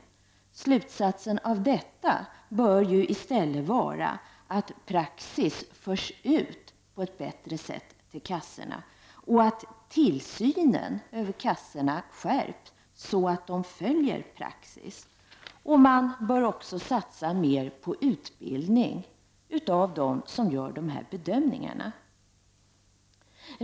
Slutsatsen av detta bör i stället vara att praxis förs ut på ett bättre sätt i kassorna och att tillsynen vad gäller kassorna skärps, så att man följer praxis. Man bör också satsa mer på utbildning av dem som gör de här bedömningarna.